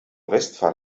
westphal